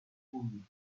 fouilles